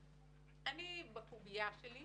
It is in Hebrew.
של להגיד: אני בקובייה שלי,